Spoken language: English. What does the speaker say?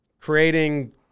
creating